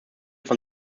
von